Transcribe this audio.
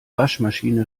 waschmaschine